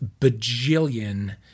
bajillion